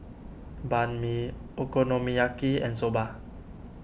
Banh Mi Okonomiyaki and Soba